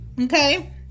Okay